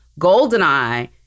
Goldeneye